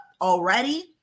already